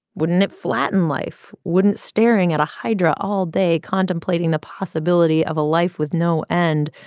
wouldn't it flatten life? wouldn't staring at a hydra all day, contemplating the possibility of a life with no end,